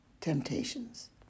temptations